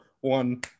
one